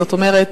זאת אומרת,